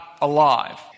alive